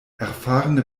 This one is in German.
erfahrene